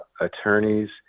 attorneys